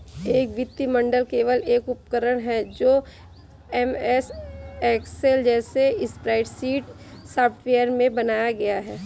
एक वित्तीय मॉडल केवल एक उपकरण है जो एमएस एक्सेल जैसे स्प्रेडशीट सॉफ़्टवेयर में बनाया गया है